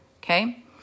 Okay